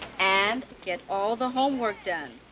and get all the homework done.